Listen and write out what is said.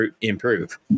improve